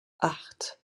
acht